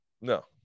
No